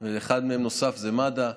ואחד נוסף זה מד"א.